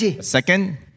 Second